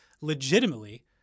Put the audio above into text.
legitimately